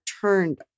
turned